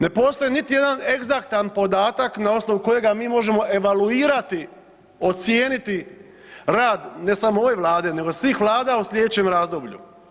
Ne postoji niti jedan egzaktan podatak na osnovu kojega mi možemo evaluirati, ocijeniti rad ne samo ove Vlade, nego svih vlada u sljedećem razdoblju.